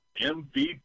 MVP